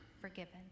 forgiven